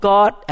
God